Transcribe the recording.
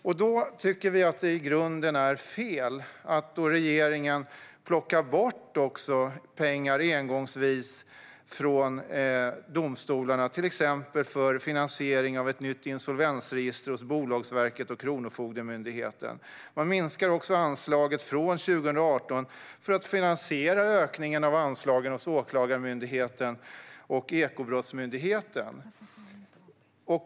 Vi tycker att det i grunden är fel att regeringen engångsvis plockar bort pengar från domstolarna, till exempel för finansiering av ett nytt insolvensregister hos Bolagsverket och Kronofogdemyndigheten. Man minskar också anslaget från 2018 för att finansiera ökningen av anslagen till Åklagarmyndigheten och Ekobrottsmyndigheten.